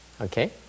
Okay